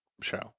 show